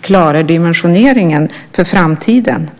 klarar dimensioneringen för framtiden.